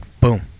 Boom